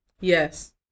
yes